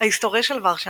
ההיסטוריה של ורשה